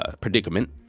predicament